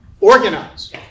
organize